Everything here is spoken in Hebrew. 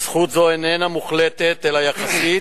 זכות זו איננה מוחלטת אלא יחסית,